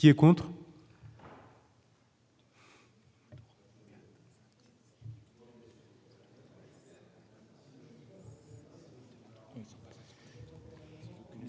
Qui est contre